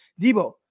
Debo